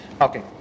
Okay